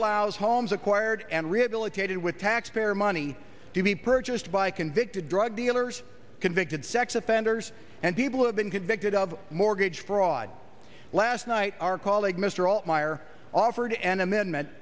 allows homes acquired and rehabilitated with taxpayer money to be purchased by convicted drug dealers convicted sex offenders and people who have been convicted of mortgage fraud last night our colleague mr all meyer offered an amendment